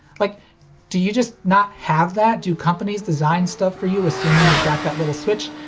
like do you just not have that? do companies design stuff for you assuming you've got that little switch?